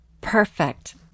Perfect